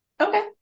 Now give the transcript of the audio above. Okay